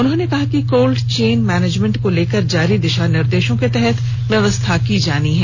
उन्होंने कहा कि कोल्ड चेन मैनेजमेंट को लेकर जारी दिशा निर्देश के तहत व्यवस्था की जानी है